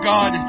God